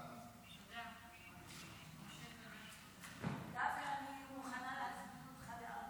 ההצעה להעביר את הנושא לוועדת הפנים